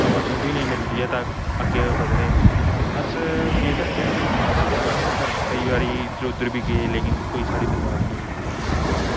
opportunity नेईं मिलदी ऐ ताकि अग्गें बधने दी अस केह् करचै हून अस अस सर केईं बारी इद्धर उद्धर बी गे लेकिन कोई साढ़ी दरखास्त नेईं होई